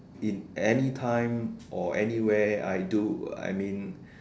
in any time or anywhere I do I mean